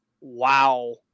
Wow